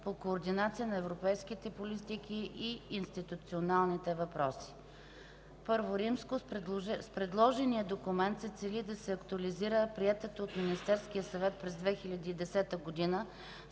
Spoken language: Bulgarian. по координация на европейските политики и институционалните въпроси. I. С предложения документ се цели да се актуализира приетата от Министерския съвет през 2010 г.